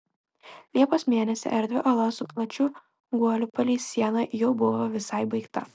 liepos mėnesį erdvi ola su plačiu guoliu palei sieną jau buvo visai baigta